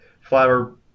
flower